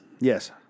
Yes